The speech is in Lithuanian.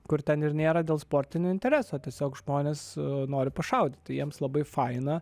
kur ten ir nėra dėl sportinio intereso tiesiog žmonės nori pašaudyti jiems labai faina